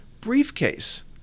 Briefcase